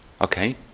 Okay